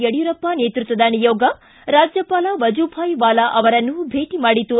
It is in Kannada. ಯಡ್ಕೂರಪ್ಪ ನೇತೃತ್ವದ ನಿಯೋಗ ರಾಜ್ಯಪಾಲ ವಾಜುಭಾಯ್ ವಾಲಾ ಅವರನ್ನು ಭೇಟಿ ಮಾಡಿತು